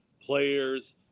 players